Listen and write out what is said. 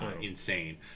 insane